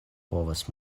povas